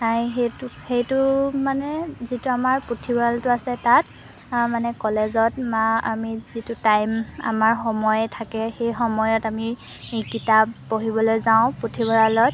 নাই সেইটো সেইটো মানে যিটো আমাৰ পুথিভঁৰালটো আছে তাত মানে কলেজত বা আমি যিটো টাইম আমাৰ সময় থাকে সেই সময়ত আমি কিতাপ পঢ়িবলৈ যাওঁ পুথিভঁৰালত